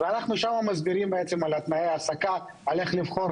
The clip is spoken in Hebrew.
אנחנו מסבירים שם על תנאי העסקה, איך לבחור.